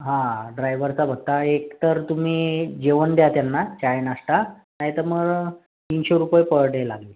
हा ड्रायव्हरचा भत्ता एकतर तुम्ही जेवण द्या त्यांना चाय नाष्टा नाहीतर मग तीनशे रुपये पर डे लागेल